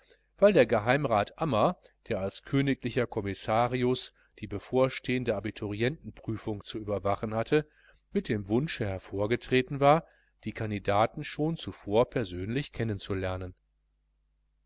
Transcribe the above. weil der geheimrat ammer der als königlicher kommissarius die bevorstehende abiturientenprüfung zu überwachen hatte mit dem wunsche hervorgetreten war die kandidaten schon zuvor persönlich